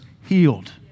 healed